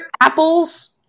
apples